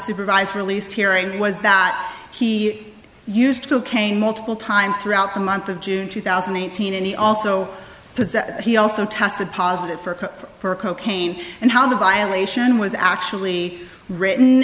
supervised release hearing was that he used cocaine multiple times throughout the month of june two thousand and eighteen and he also because he also tested positive for for cocaine and how the violation was actually written